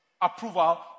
approval